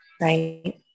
Right